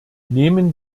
nehmen